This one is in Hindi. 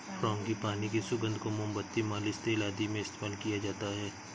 फ्रांगीपानी की सुगंध को मोमबत्ती, मालिश तेल आदि में इस्तेमाल किया जाता है